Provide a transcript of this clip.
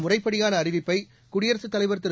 முறைப்படியான அறிவிப்பை குடியரசுத் தலைவர் திரு